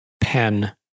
pen